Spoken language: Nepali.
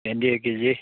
भेन्डी एक केजी